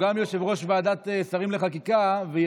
הוא גם יושב-ראש ועדת שרים לחקיקה.